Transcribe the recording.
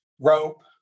rope